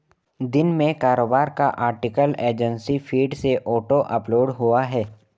दिन में कारोबार का आर्टिकल एजेंसी फीड से ऑटो अपलोड हुआ है